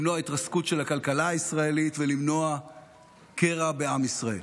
למנוע התרסקות של הכלכלה הישראלית ולמנוע קרע בעם ישראל.